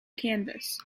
canvas